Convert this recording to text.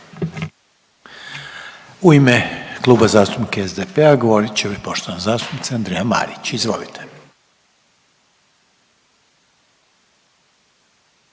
U ime Kluba zastupnika SDP-a govorit će poštovana zastupnica Mirela Ahmetović. Izvolite.